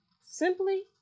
simply